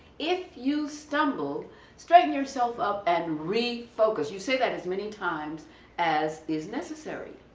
if you stumble straighten yourself up and refocus. you say that as many times as is necessary,